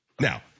Now